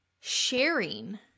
sharing